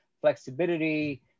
flexibility